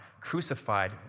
crucified